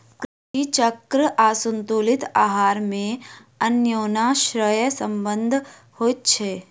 कृषि चक्र आसंतुलित आहार मे अन्योनाश्रय संबंध होइत छै